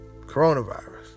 coronavirus